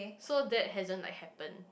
so that hasn't like happen